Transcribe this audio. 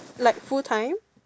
like full time